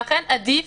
לכן עדיף,